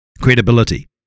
credibility